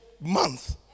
month